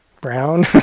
brown